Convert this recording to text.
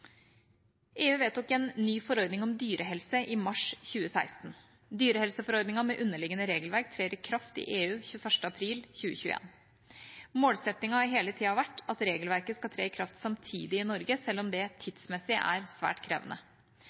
EU vedtok en ny forordning om dyrehelse i mars 2016. Dyrehelseforordningen med underliggende regelverk trer i kraft i EU den 21. april 2021. Målsettingen har hele tida vært at regelverket skal tre i kraft samtidig i Norge, selv om det tidsmessig er svært krevende.